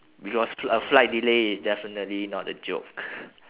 because f~ a flight delay is definitely not a joke